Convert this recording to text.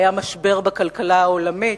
היה משבר בכלכלה העולמית.